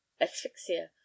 asphyxia